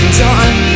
done